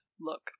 look